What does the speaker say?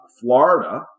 Florida